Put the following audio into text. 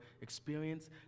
experience